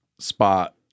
spot